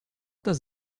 does